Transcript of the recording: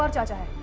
um daughter,